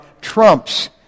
trumps